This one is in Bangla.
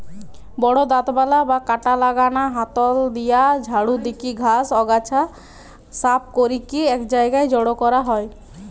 বড় দাঁতবালা বা কাঁটা লাগানা হাতল দিয়া ঝাড়ু দিকি ঘাস, আগাছা সাফ করিকি এক জায়গায় জড়ো করা হয়